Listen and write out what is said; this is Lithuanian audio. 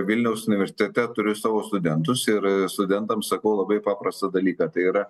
vilniaus universitete turiu savo studentus ir studentams sakau labai paprastą dalyką tai yra